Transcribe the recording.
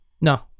no